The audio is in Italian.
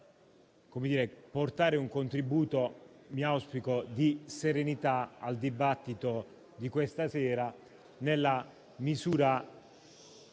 portare un contributo che auspico sia di serenità al dibattito di questa sera, nella misura